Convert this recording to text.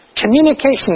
Communication